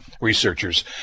researchers